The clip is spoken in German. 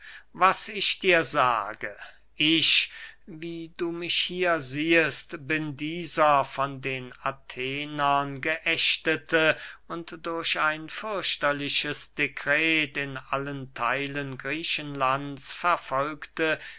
was ich dir sage ich wie du mich hier siehest bin dieser von den athenern geachtete und durch ein fürchterliches dekret in allen theilen griechenlands verfolgte